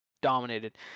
dominated